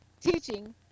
teaching